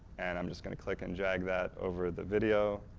and i'm just going to click-and-drag that over the video,